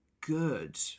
good